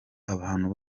abantu